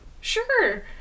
Sure